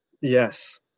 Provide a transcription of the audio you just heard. Yes